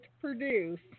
produce